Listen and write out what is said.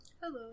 Hello